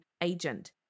agent